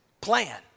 plan